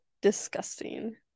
Disgusting